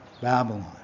Babylon